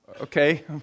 okay